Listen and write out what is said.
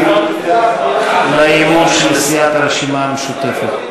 על הצעת האי-אמון של סיעת הרשימה המשותפת.